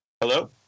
Hello